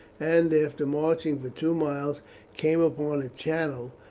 and after marching for two miles came upon a channel,